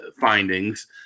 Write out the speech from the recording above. findings